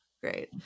Great